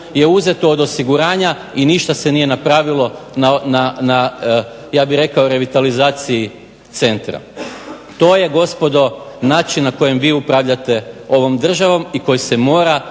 je uzeto od osiguranja i ništa se nije napravilo ja bih rekao na revitalizaciji centra. To je gospodo način na koji vi upravljate ovom državom i koji se mora